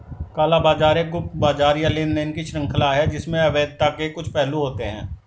काला बाजार एक गुप्त बाजार या लेनदेन की श्रृंखला है जिसमें अवैधता के कुछ पहलू होते हैं